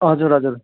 हजुर हजुर